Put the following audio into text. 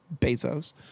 Bezos